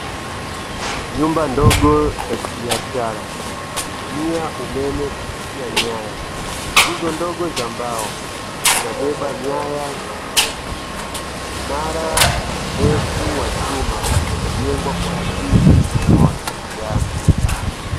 Nyumba ndogo za kibiashara hutumia umeme kupitia nyaya, nguzo ndogo za mbao zinabeba nyaya za umeme, mnara mrefu wa chuma umejengwa kwa ajili ya mawasiliano.